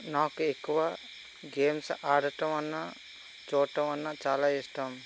నాకు ఎక్కువ గేమ్స్ ఆడటం అన్నా చూడడం అన్నా చాలా ఇష్టం